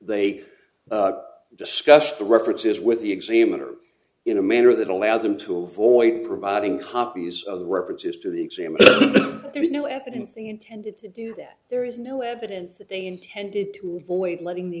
they discussed the references with the examiner in a manner that allowed them to avoid providing copies of references to the exam there was no evidence they intended to do that there is no evidence that they intended to avoid letting the